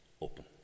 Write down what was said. open